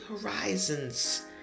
horizons